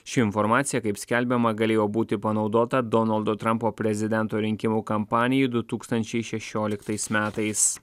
ši informacija kaip skelbiama galėjo būti panaudota donaldo trampo prezidento rinkimų kampanijai du tūkstančiai šešioliktais metais